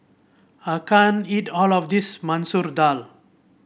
I can't eat all of this Masoor Dal